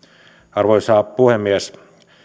arvoisa puhemies